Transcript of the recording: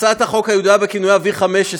הצעת החוק הידועה בכינויה V15,